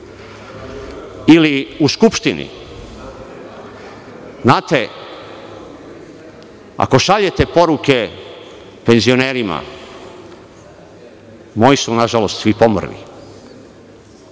ili u Skupštini. Znate, ako šaljete poruke penzionerima, moji su, na žalost, svi pomrli,